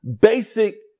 basic